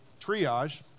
triage